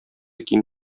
киң